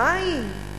מים.